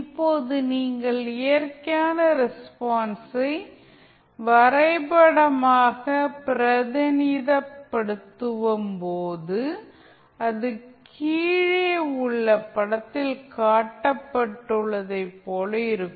இப்போது நீங்கள் இயற்கையான ரெஸ்பான்ஸை வரைபடமாக பிரதிநிதித்துவப்படுத்தும் போது அது கீழே உள்ள படத்தில் காட்டப்பட்டுள்ளதைப் போலவே இருக்கும்